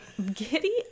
Giddy